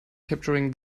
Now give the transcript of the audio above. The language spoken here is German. capturing